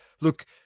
look